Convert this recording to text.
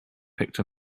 picked